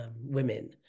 women